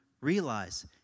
realize